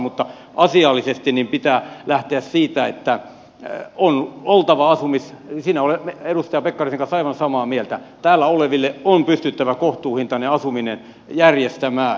mutta asiallisesti pitää lähteä siitä että työ on oltava asumis ja siinä olen edustaja pekkarisen kanssa aivan samaa mieltä täällä oleville on pystyttävä kohtuuhintainen asuminen järjestämään